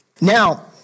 Now